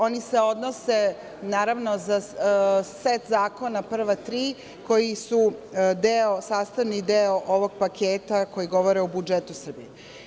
Oni se odnose, naravno, set zakona, prva tri su sastavni deo ovog paketa koji govore o budžetu Srbije.